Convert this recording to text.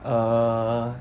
err